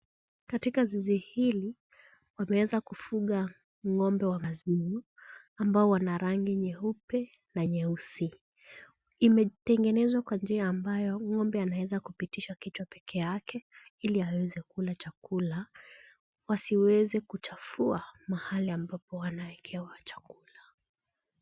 Katika zizi hili, wameweza kufuga ng'ombe wa maziwa ambao wana rangi nyeupe na nyeusi. Imetengenezwa kwa njia ambayo ng'ombe anaweza kupitisha kichwa pekeake ili aweze kula chakula, wasiweze kuchafua mahali ambapo wanawekewa chakula.